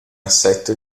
assetto